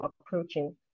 approaching